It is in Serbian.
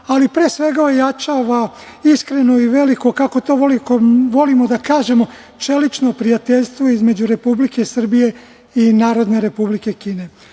ali pre svega ojačava iskrenu i veliku, kako to volimo da kažemo, čelično prijateljstvo između Republike Srbije i Narodne Republike Kine. Ne